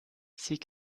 sie